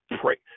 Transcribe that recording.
pray